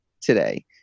today